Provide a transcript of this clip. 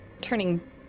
Turning